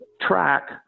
track